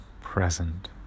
present